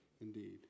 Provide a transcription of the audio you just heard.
Indeed